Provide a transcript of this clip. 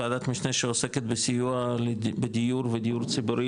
וועדת המשנה שעוסקת בדיור ודיור ציבורי